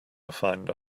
find